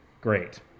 great